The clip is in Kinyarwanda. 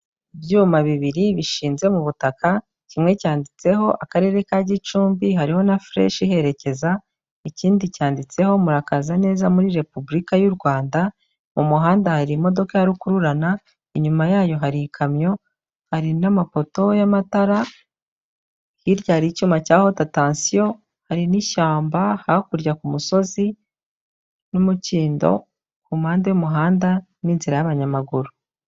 Ibyuma bibiri bishinze mu butaka kimwe cyanditseho Akarere ka Gicumbi, hariho na fureshi iherekeza, ikindi cyanditseho murakaza neza muri Repubulika y'u Rwanda, mu muhanda hari imodoka ya rukururana, inyuma yayo hari ikamyo, hari n'amapoto y'amatara, hirya hari icyuma cya hoti atansiyo, hari n'ishyamba, hakurya ku musozi n'umukindo ku mpande y'umuhanda, n'inzira y'abanyamaguru.